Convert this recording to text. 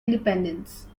independents